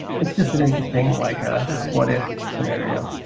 it's just an interesting, like, ah what-if scenario.